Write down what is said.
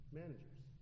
managers